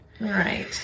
right